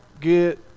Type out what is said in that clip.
get